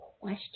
question